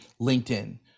linkedin